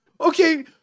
Okay